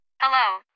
Hello